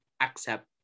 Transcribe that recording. accept